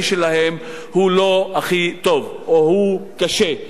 שלהן הוא לא הכי טוב או שהוא קשה.